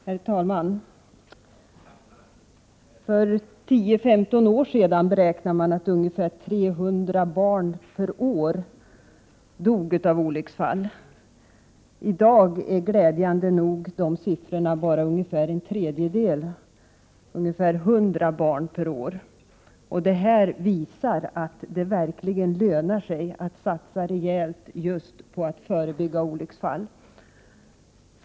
Herr talman! För 10-15 år sedan dog ungefär 300 barn per år i olycksfall. I dag är det glädjande nog bara fråga om en tredjedel, dvs. ca 100 barn per år. Detta visar att det verkligen lönar sig att satsa rejält på att just förebygga olycksfall.